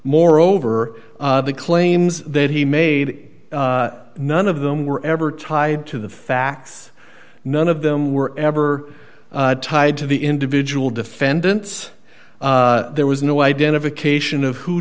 moreover the claims that he made none of them were ever tied to the facts none of them were ever tied to the individual defendants there was no identification of who